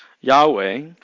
Yahweh